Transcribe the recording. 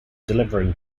delivering